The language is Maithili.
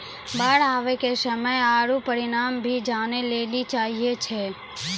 बाढ़ आवे के समय आरु परिमाण भी जाने लेली चाहेय छैय?